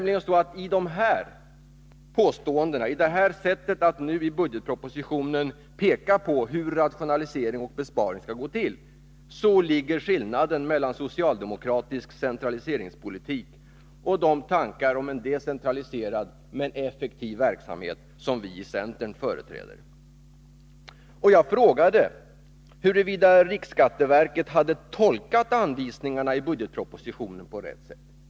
I dessa påståenden, i det här sättet att nu i budgetpropositionen peka på hur rationalisering och besparing skall gå till, ligger skillnaden mellan socialdemokratisk centraliseringspolitik och de tankar om en decentraliserad men effektiv verksamhet som vi i centern företräder. Jag frågade huruvida riksskatteverket hade tolkat anvisningarna i budgetpropositionen på rätt sätt.